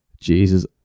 Jesus